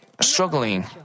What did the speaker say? struggling